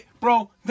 Bro